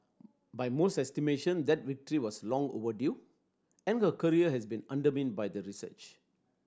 by most estimation that victory was long overdue and her career has been undermined by the research